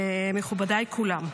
מכובדיי כולם,